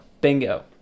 Bingo